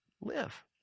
live